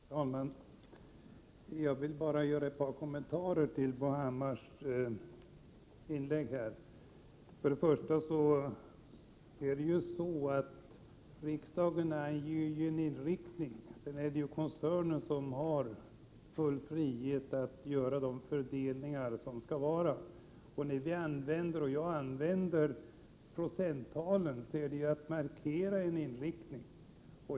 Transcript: Herr talman! Jag vill bara göra ett par kommentarer till Bo Hammars inlägg. Det är riksdagen som anger en inriktning, och sedan har koncernen full frihet att göra fördelningen. Jag använder procenttalen för att markera en inriktning.